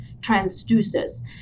transducers